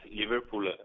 Liverpool